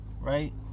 right